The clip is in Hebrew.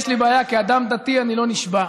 יש לי בעיה: כאדם דתי אני לא נשבע,